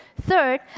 Third